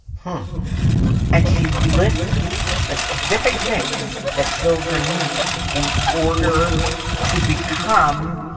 um and she lists specific things that children need in order to become